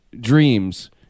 dreams